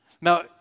Now